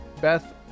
Beth